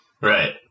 Right